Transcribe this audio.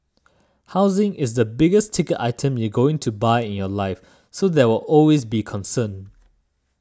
housing is the biggest ticket item you're going to buy in your life so there will always be a concern